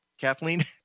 Kathleen